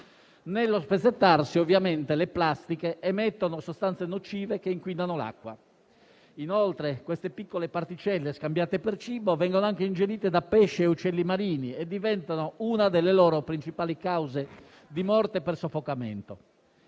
Nello spezzettarsi le plastiche emettono sostanze nocive che inquinano l'acqua. Inoltre quelle piccole particelle, scambiate per cibo, vengono ingerite da pesci e uccelli marini e diventano una delle principali cause della loro morte per soffocamento.